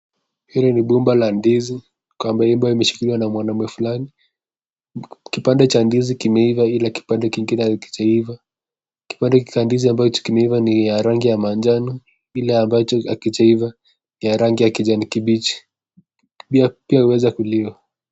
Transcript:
Hili ni bumba la ndizi, gomba hilo limeshikiliwa na mwanaume fulani, kipande cha ndizi kimeiva ila kipande kingine hakijaiva, kipande ambacho kimeiva ni ya rangi ya manjano ile ambacho hakijaiva ni ya rangi ya kijani kibichi, pia huweza kuliwa.